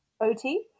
OT